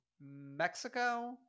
Mexico